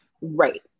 Right